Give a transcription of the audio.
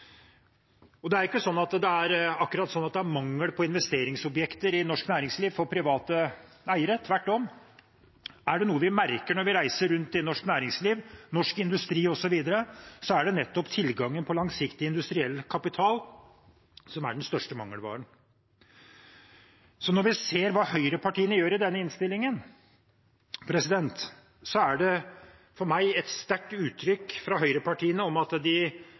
Det er ikke slik at det er mangel på investeringsobjekter i norsk næringsliv for private eiere – tvert om: Er det noe vi merker når vi reiser rundt til norsk næringsliv, norsk industri osv., er det nettopp at tilgangen på langsiktig industriell kapital er den største mangelvaren. Så når vi ser hva høyrepartiene gjør i denne innstillingen, er det for meg et sterkt uttrykk fra høyrepartiene om at de